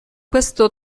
questo